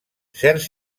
certs